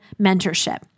mentorship